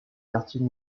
quartiers